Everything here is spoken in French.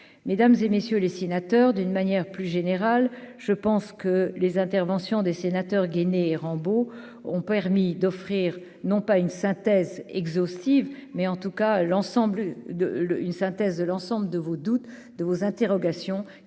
mesdames et messieurs les sénateurs, d'une manière plus générale, je pense que les interventions des sénateurs gainé Rambo ont permis d'offrir non pas une synthèse exhaustive mais en tout cas l'ensemble de l'une synthèse de l'ensemble de vos doutes de vos interrogations